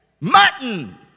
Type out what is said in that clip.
Mutton